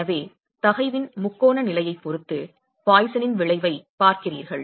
எனவே தகைவின் முக்கோண நிலையைப் பொறுத்து பாய்சனின் விளைவைப் பார்க்கிறீர்கள்